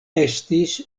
estis